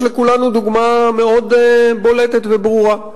יש לכולנו דוגמה מאוד בולטת וברורה,